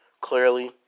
Clearly